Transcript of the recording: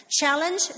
Challenge